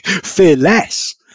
fearless